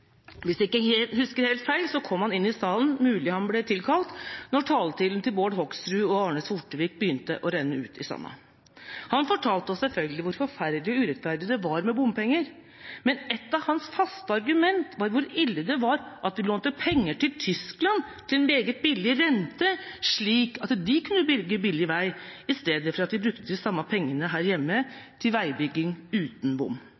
Hvis jeg ikke husker helt feil, kom han inn i salen – det er mulig han ble tilkalt – da taletiden til Bård Hoksrud og Arne Sortevik begynte å renne ut i sanden. Han fortalte oss selvfølgelig hvor forferdelig urettferdig det var med bompenger, men et av hans faste argumenter var hvor ille det var at vi lånte penger til Tyskland til en meget billig rente, slik at de kunne bygge billig vei – i stedet for at vi brukte de samme pengene her hjemme til å bygge vei uten bom.